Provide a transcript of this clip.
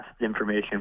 information